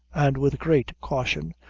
and with great caution,